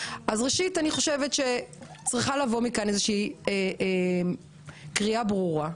אני חושבת שצריכה לצאת מכאן איזו שהיא קריאה ברורה,